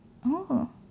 oh